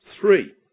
Three